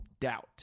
Doubt